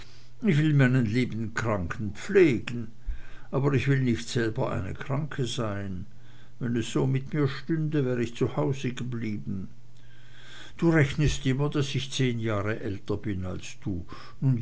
ich will meinen lieben kranken pflegen aber ich will nicht selber eine kranke sein wenn es so mit mir stünde wär ich zu hause geblieben du rechnest immer daß ich zehn jahre älter bin als du